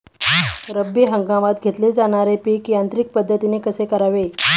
रब्बी हंगामात घेतले जाणारे पीक यांत्रिक पद्धतीने कसे करावे?